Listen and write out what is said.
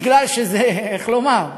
בגלל שזה, איך לומר?